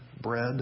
bread